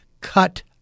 cut